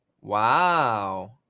Wow